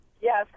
Yes